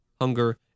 hunger